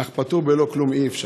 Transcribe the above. אך פטור בלא כלום אי-אפשר,